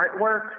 artwork